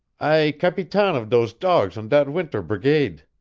i capitaine of dose dogs on dat winter brigade.